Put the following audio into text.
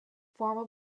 formal